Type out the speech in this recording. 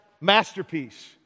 masterpiece